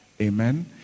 amen